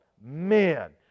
Man